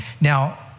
Now